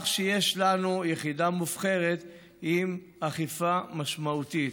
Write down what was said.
יש לנו יחידה מובחרת עם אכיפה משמעותית.